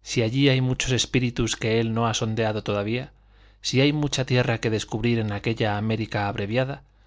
si allí hay muchos espíritus que él no ha sondeado todavía si hay mucha tierra que descubrir en aquella américa abreviada